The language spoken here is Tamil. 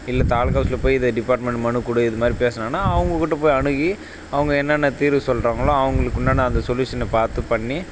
இல்லை தாலுக்கா ஆஃபீஸில் போய் இதை டிபார்ட்மெண்ட் மனு கொடுத்து இதுமாதிரி பேசுணுன்னா அவங்ககிட்ட போய் அணுகி அவங்க என்னென்ன தீர்வு சொல்கிறாங்களோ அவங்களுக்கு உண்டான அந்த சொல்யூஷனை பார்த்து பண்ணி